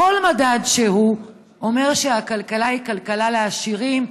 כל מדד אומר שהכלכלה היא כלכלה לעשירים,